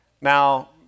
Now